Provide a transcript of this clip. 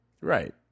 Right